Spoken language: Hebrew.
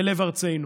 בלב ארצנו.